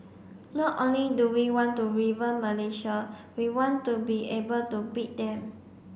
not only do we want to Malaysia we want to be able to beat them